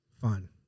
fun